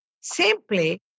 simply